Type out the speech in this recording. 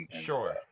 Sure